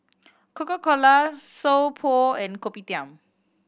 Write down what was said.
Coca Cola So Pho and Kopitiam